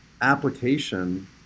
application